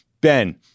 Ben